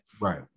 Right